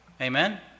Amen